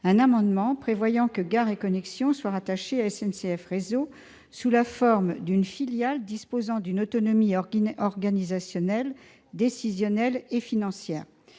de loi prévoit désormais que Gares & Connexions sera rattachée à SNCF Réseau sous la forme d'une filiale disposant d'une autonomie organisationnelle, décisionnelle et financière.